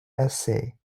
essay